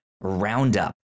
Roundup